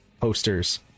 posters